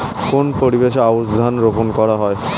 কোন পরিবেশে আউশ ধান রোপন করা হয়?